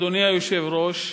אדוני היושב-ראש,